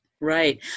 right